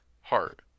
heart